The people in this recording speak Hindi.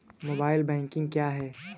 मोबाइल बैंकिंग क्या है?